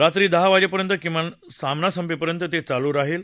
रात्री दहा वाजेपर्यंत किंवा सामना संपेपर्यंत ते चालू राहील